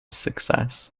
success